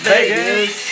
Vegas